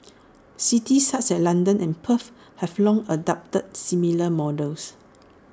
cities such as London and Perth have long adopted similar models